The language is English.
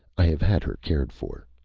i have had her cared for.